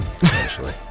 essentially